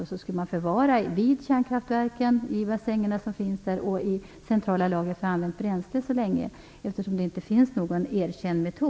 Sedan skulle förvaringen ske vid kärnkraftverken, i bassängerna som finns där och i centrala lagret för använt bränsle, därför att det ju inte finns någon erkänd metod.